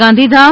Gandhidham